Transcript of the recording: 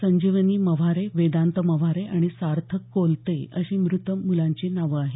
संजीवनी मव्हारे वेदांत मव्हारे आणि सार्थक कोलते अशी मृत मुलांची नावं आहेत